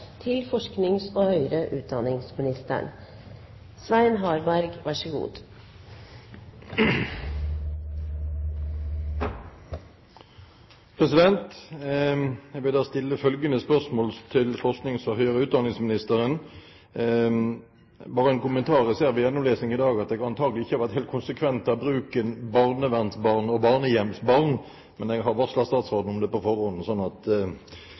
høyere utdanningsministeren. Bare en kommentar: Jeg ser ved gjennomlesning i dag at jeg antakelig ikke har vært helt konsekvent i bruken av «barnevernsbarn» og «barnehjemsbarn». Men jeg har varslet statsråden om det på forhånd, slik at